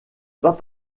pas